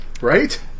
Right